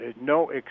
no